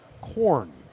corn